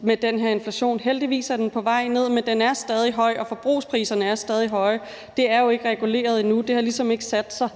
med den her inflation. Heldigvis er den på vej ned, men den er stadig høj, og forbrugspriserne er stadig høje. Det er jo ikke reguleret endnu; det har ligesom ikke sat sig